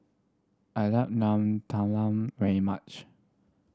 I like nam talam very much